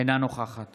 אינה נוכחת